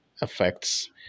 affects